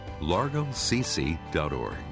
largocc.org